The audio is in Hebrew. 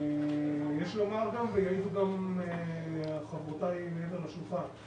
יש לומר גם ויעידו גם חברותיי מעבר לשולחן,